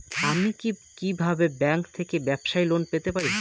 আমি কি কিভাবে ব্যাংক থেকে ব্যবসায়ী লোন পেতে পারি?